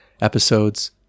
episodes